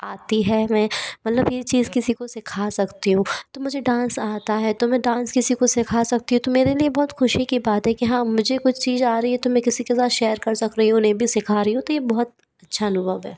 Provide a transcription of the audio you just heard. आती है मैं मतलब ये चीज़ किसी को सिखा सकती हूँ तो मुझे डांस आता है तो मैं डांस किसी को सिखा सकती हूँ तो मेरे लिए तो बहुत ख़ुशी की बात है कि हाँ मुझे कुछ चीज़ आ रही है तो मैं किसी के साथ शेयर कर सक रही हूँ नहीं भी सिखा रही हूँ तो ये बहुत अच्छा अनुभव है